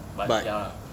but ya